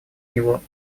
него